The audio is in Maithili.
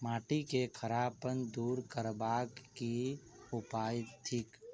माटि केँ खड़ापन दूर करबाक की उपाय थिक?